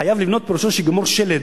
חייב לבנות פירושו, חייב לגמור שלד.